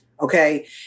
okay